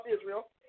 Israel